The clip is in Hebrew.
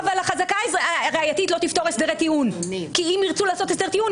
החזקה הראייתית לא תפתור את הסדר הטיעון כי אם ירצו לעשות הסדר טיעון,